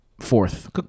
Fourth